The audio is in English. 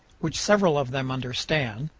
which several of them understand,